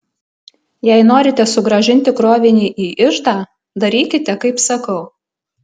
jei norite sugrąžinti krovinį į iždą darykite kaip sakau